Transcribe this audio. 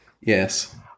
Yes